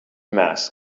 mask